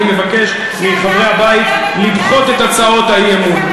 אני מבקש מחברי הבית לדחות את הצעות האי-אמון.